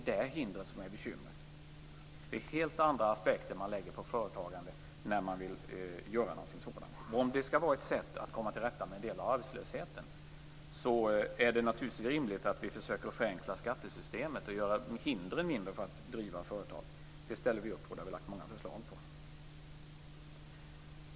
Det är helt andra aspekter som man lägger på företagande när man vill starta ett företag. Om detta skall vara ett sätt att komma till rätta med arbetslösheten är det naturligtivs rimligt att skattesystemet förenklas så att hindren för att driva företag blir mindre. Det ställer vi upp på, och det har vi lagt fram många förslag om.